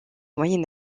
moyen